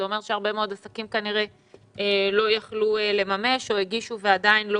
זה אומר שהרבה מאוד עסקים כנראה לא יכלו לממש או הגישו ועדיין לא